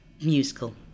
musical